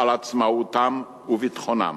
על עצמאותם וביטחונם.